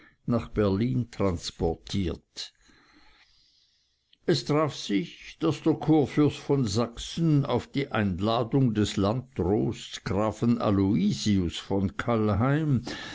nach berlin transportiert es traf sich daß der kurfürst von sachsen auf die einladung des landdrosts grafen aloysius von kallheim